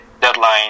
Deadline